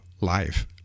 life